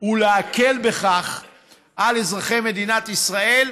ולהקל בכך על אזרחי מדינת ישראל.